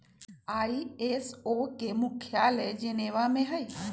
ISO के मुख्यालय Geneva में हइ